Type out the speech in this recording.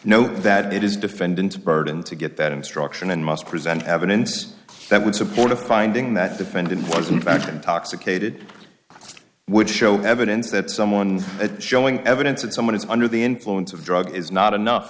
note that it is defendant's burden to get that instruction and must present evidence that would support a finding that defendant was in fact intoxicated i would show evidence that someone is showing evidence that someone is under the influence of drugs is not enough